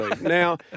Now